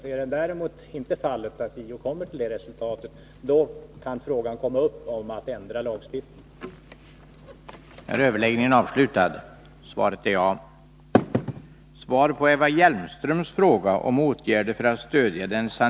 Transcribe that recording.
Blir det däremot så, att JO inte kommer fram till detta resultat, kan frågan om en ändring av lagstiftningen tas upp.